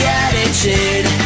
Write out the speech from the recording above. attitude